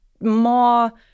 more